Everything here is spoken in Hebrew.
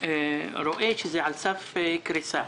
ורואה שזה על סף קריסה.